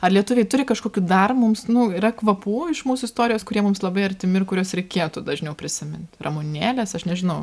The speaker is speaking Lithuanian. ar lietuviai turi kažkokių dar mums nu yra kvapų iš mūsų istorijos kurie mums labai artimi ir kuriuos reikėtų dažniau prisimint ramunėles aš nežinau